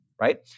right